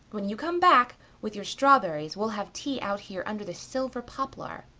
when you come back with your strawberries we'll have tea out here under the silver poplar.